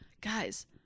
guys